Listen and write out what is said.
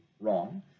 wrong